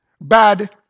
bad